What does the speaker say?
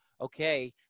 okay